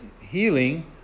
healing